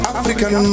African